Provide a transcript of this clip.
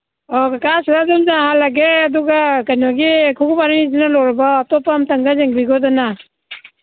ꯑꯥ ꯀꯀꯥ ꯁꯤꯗ ꯑꯗꯨꯝ ꯌꯥꯍꯜꯂꯒꯦ ꯑꯗꯨꯒ ꯀꯩꯅꯣꯒꯤ ꯈꯣꯡꯎꯞ ꯑꯅꯤꯁꯤꯅ ꯂꯣꯏꯔꯕꯣ ꯑꯇꯣꯞꯄ ꯑꯝꯇꯪꯒ ꯌꯦꯡꯕꯤꯈꯣꯗꯅ